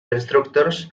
instructors